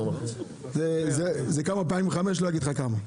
זה כמה פעמים חמש, לא אגיד לך כמה.